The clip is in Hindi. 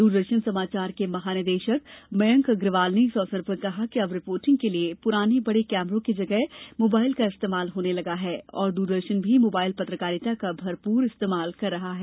दूरदर्शन समाचार के महानिदेशक मयंक अग्रवाल ने इस अवसर पर कहा कि अब रिपोर्टिंग के लिए पुराने बड़े केमरों की जगह मोबाइल का इस्तेमाल होने लगा है और दूरदर्शन भी मोबाइल पत्रकारिता का भरपूर इस्तेमाल कर रहा है